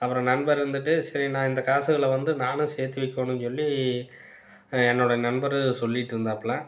அப்புறம் நண்பர் வந்துட்டு சரி நான் இந்த காசில் வந்து நான் சேர்த்தி வைக்கணும் சொல்லி என்னோட நண்பர் சொல்லிட்டு இருந்தாப்பில